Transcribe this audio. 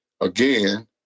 Again